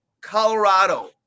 Colorado